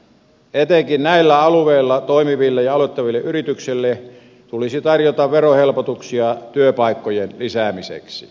etenkin näillä alueilla toimiville ja aloittaville yrityksille tulisi tarjota verohelpotuksia työpaikkojen lisäämiseksi